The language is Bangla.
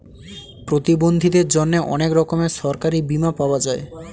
প্রতিবন্ধীদের জন্যে অনেক রকমের সরকারি বীমা পাওয়া যায়